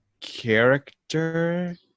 character